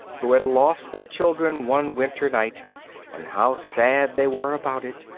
who had lost their children one winter night and how sad they were about it,